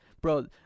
Bro